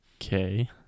okay